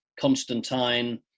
Constantine